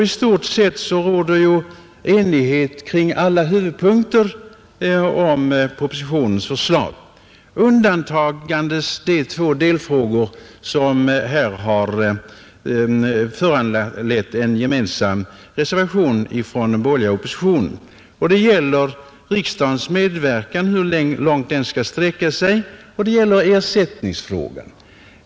I stort sett råder också enighet kring alla huvudpunkter i propositionens förslag med undantag av de två delfrågor som här har föranlett en gemensam reservation från den borgerliga oppositionen — det gäller hur långt riksdagens medverkan skall sträcka sig och det gäller ersättningsfrågan.